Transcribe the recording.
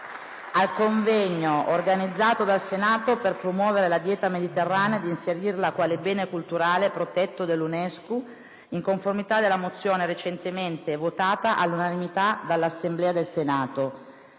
al convegno organizzato dal Senato per promuovere la dieta mediterranea ed inserirla quale bene culturale protetto dall'UNESCO, in conformità della mozione recentemente votata all'unanimità dall'Assemblea del Senato